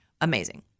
amazing